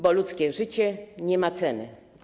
Bo ludzkie życie nie ma ceny.